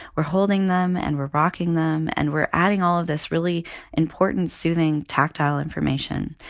we're holding them and we're rocking them and we're adding all of this really important, soothing tactile information.